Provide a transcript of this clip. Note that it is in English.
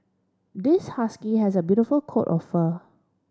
this husky has a beautiful coat of fur